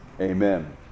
Amen